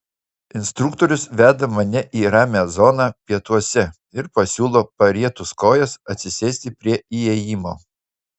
instruktorius veda mane į ramią zoną pietuose ir pasiūlo parietus kojas atsisėsti prie įėjimo